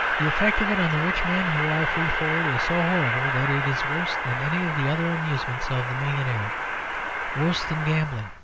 the effect of it on the rich men who are free for it is so horrible that it is worse than any of the other amusements of the millionaire worse than gambling,